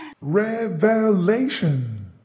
Revelation